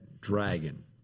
Dragon